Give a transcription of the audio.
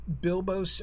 Bilbo